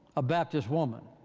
a baptist woman,